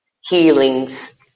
healings